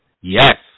Yes